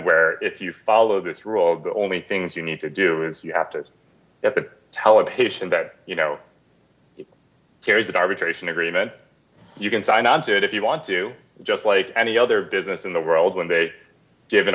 where if you follow this rule the only things you need to do is you have to get the tell a patient that you know here is that arbitration agreement you can sign on to it if you want to just like any other business in the world when they give